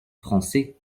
français